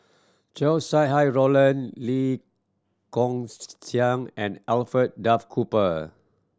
Chow Sau Hai Roland Lee Kong Chian and Alfred Duff Cooper